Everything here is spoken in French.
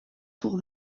pour